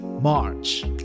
March